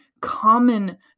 common